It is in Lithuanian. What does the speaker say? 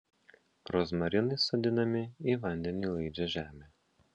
rozmarinai sodinami į vandeniui laidžią žemę